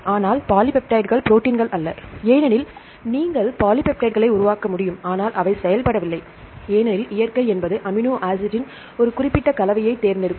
ஆனால் பாலிபெப்டைடுகள் ப்ரோடீன்கள் அல்ல ஏனெனில் நீங்கள் பாலிபெப்டைட்களை உருவாக்க முடியும் ஆனால் அவை செயல்படவில்லை ஏனெனில் இயற்கை என்பது அமினோ ஆசிட்டின் ஒரு குறிப்பிட்ட கலவையை தேர்ந்தெடுக்கும்